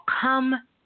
come